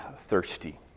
thirsty